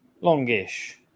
Longish